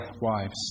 wives